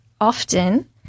often